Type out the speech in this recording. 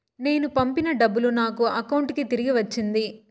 నేను పంపిన డబ్బులు నా అకౌంటు కి తిరిగి వచ్చింది